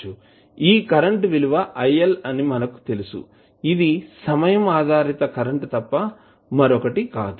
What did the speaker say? ఈ కరెంట్ విలువ iL అని మనకు తెలుసు ఇది సమయం ఆధారిత కరెంట్ తప్ప మరొకటి కాదు